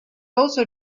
also